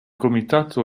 comitato